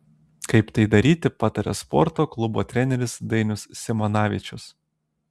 kaip tai daryti pataria sporto klubo treneris dainius simanavičius